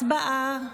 הצבעה.